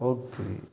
ಹೋಗ್ತೀವಿ